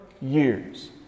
years